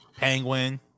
Penguin